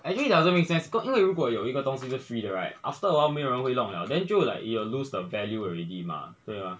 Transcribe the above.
actually it doesn't make sense cause 因为如果有一个东西是的 free 的 right after awhile 没有人会弄了 then 就会 like you will lose the value already mah 对吗